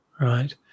right